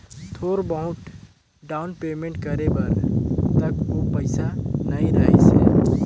थोर बहुत down payment करे बर तक तो पइसा नइ रहीस हे